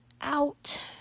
out